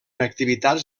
activitats